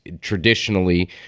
traditionally—